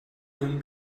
him